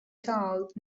told